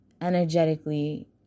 energetically